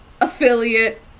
affiliate